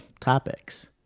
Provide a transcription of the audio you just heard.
topics